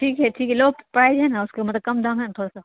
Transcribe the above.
ٹھیک ہے ٹھیک ہے لو پرائز ہے نا اس کا مطلب کم دام ہے نہ تھوڑا سا